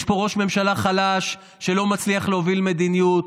יש פה ראש ממשלה חלש שלא מצליח להוביל מדיניות.